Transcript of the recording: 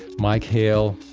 mike hale,